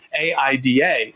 AIDA